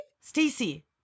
Stacy